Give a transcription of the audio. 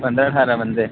पंदरां ठांरां बन्दे